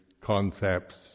concepts